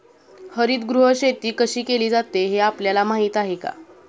हरितगृह शेती कशी केली जाते हे आपल्याला माहीत आहे का?